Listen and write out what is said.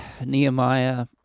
Nehemiah